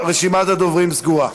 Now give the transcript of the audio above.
רשימת הדוברים סגורה.